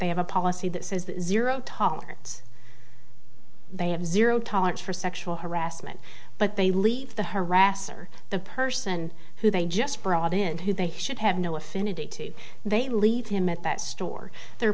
they have a policy that says that zero tolerance they have zero tolerance for sexual harassment but they leave the harasser the person who they just brought in who they should have no affinity to they leave him at that store their